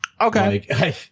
Okay